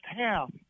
half